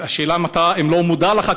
השאלה היא אם אתה לא מודע לכך,